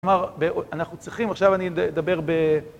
כלומר, אנחנו צריכים... עכשיו אני אדבר ב...